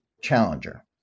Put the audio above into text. challenger